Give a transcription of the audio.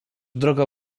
droga